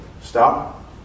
Stop